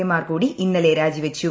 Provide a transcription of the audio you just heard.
A മാർ കൂടി ഇന്നലെ രാജിവച്ചു